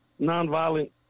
nonviolent